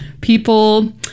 people